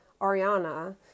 Ariana